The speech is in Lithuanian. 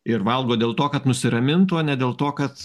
ir valgo dėl to kad nusiramintų o ne dėl to kad